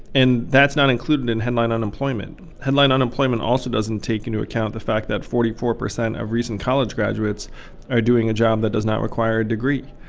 and that's not included in headline unemployment. headline unemployment also doesn't take into account the fact that forty four percent of recent college graduates are doing a job that does not require a degree.